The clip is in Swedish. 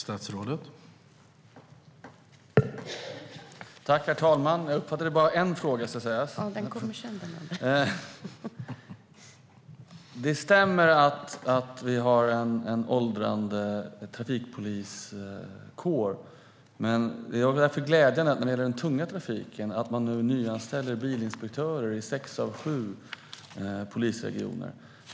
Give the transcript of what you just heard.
Herr talman! Jag uppfattade bara en fråga, ska sägas. Det stämmer att vi har en åldrande trafikpoliskår. När det gäller den tunga trafiken är det därför glädjande att man nu nyanställer bilinspektörer i sex av sju polisregioner.